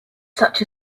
such